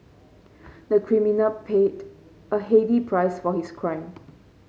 the criminal paid a heavy price for his crime